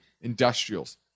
industrials